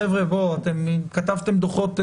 כתבתם דוחות,